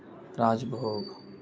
راج بھوگ